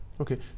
Okay